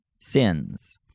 sins